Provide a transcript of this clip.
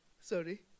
sorry